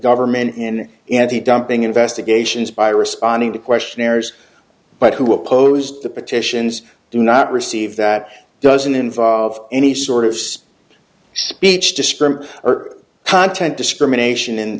government and anti dumping investigations by responding to questionnaires but who opposed the petitions do not receive that doesn't involve any sort of speech speech to sprint or content discrimination in